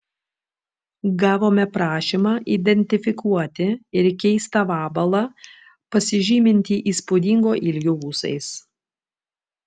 gavome prašymą identifikuoti ir keistą vabalą pasižymintį įspūdingo ilgio ūsais